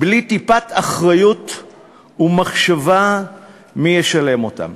בלי טיפת אחריות ומחשבה מי ישלם אותן.